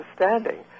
understanding